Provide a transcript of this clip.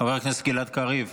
חבר הכנסת גלעד קריב.